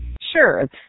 Sure